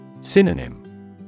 Synonym